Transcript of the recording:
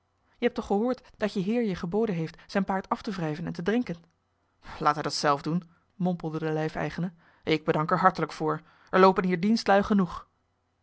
je hebt toch gehoord dat je heer je geboden heeft zijn paard af te wrijven en te drenken laat hij dat zelf doen mompelde de lijfeigene ik bedank er hartelijk voor er loopen hier dienstlui genoeg